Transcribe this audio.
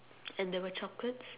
and there were chocolates